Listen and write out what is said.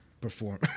perform